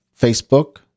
Facebook